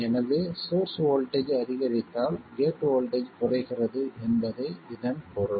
எனவே source voltage அதிகரித்தால் gate voltage குறைகிறது என்பதே இதன் பொருள்